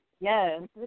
Yes